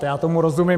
Já tomu rozumím.